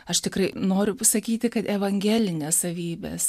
aš tikrai noriu pasakyti kad evangelinės savybės